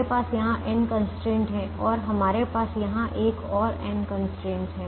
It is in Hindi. हमारे पास यहां n कंस्ट्रेंट हैं और हमारे पास यहां एक और n कंस्ट्रेंट हैं